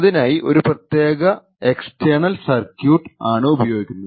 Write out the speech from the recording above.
അതിനായി ഒരു പ്രത്യാക എക്സ്ടെർണൽ സർക്യൂട്ട് ആണ് ഉപയോഗിക്കുന്നത്